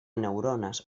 neurones